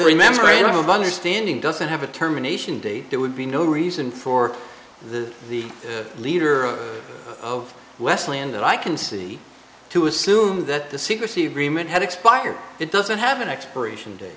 where remembering of understanding doesn't have a terminations day it would be no reason for the the leader of west land that i can see to assume that the secrecy agreement had expired it doesn't have an expiration date